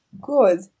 good